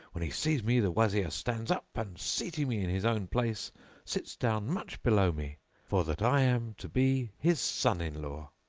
when he sees me, the wazir stands up, and seating me in his own place sits down much below me for that i am to be his son in law.